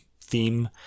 theme